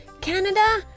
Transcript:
Canada